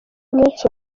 menshi